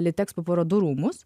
litexpo parodų rūmus